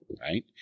right